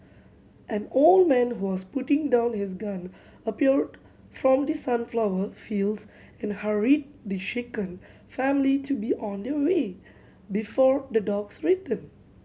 an old man who was putting down his gun appeared from the sunflower fields and hurried the shaken family to be on their way before the dogs return